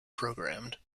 programmed